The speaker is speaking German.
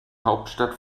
hauptstadt